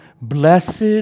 Blessed